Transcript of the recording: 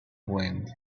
wind